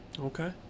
Okay